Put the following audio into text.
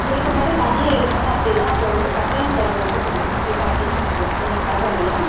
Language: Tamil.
உங்களுக்கு மட்டும் தனியாக எடுக்கணும் அப்படின்னா அப்போ வந்து கட்டணத்தொகை வந்து கொஞ்சம் கண்டிப்பாக அதிகமாகும் உங்களுக்கு பரவாயில்லையா